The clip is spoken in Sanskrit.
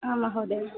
आम् महोदय